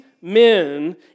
men